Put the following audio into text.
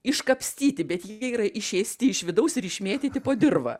iškapstyti bet jie yra išėsti iš vidaus ir išmėtyti po dirvą